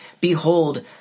Behold